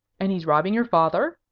and he's robbing your father?